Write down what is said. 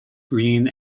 green